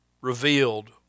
revealed